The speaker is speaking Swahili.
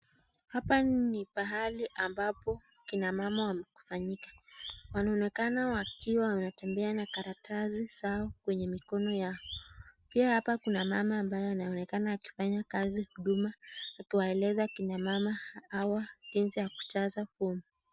Hapa ni pahali ambapo kina mama wamekusanyika . Wanaonekana wakiwa wametembea na karatasi zao kwenye mikono yao . Pia hapa kuna mama ambaye anaonekana akifanya kazi huduma akiwaeleza kina mama hawa jinsi ya kujaza fomu .